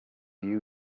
you